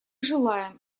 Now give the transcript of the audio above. желаем